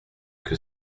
que